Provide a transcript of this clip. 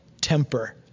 temper